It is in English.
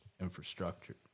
infrastructure